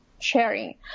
sharing